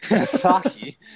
Saki